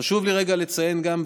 חשוב לי רגע לציין גם,